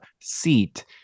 seat